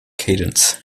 cadence